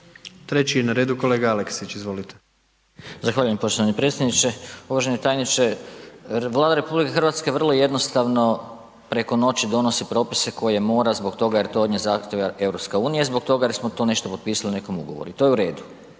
Treći je na redu kolega Aleksić, izvolite. **Aleksić, Goran (SNAGA)** Zahvaljujem poštovani predsjedniče. Uvaženi tajniče, Vlada RH vrlo jednostavno preko noći donosi propise koje mora zbog toga jer to od nje zahtijeva EU i zbog toga jer smo to nešto potpisali u nekom ugovoru i to je u redu,